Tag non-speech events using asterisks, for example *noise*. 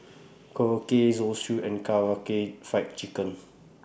*noise* Korokke Zosui and Karaage Fried Chicken